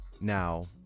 Now